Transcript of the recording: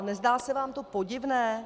Nezdá se vám to podivné?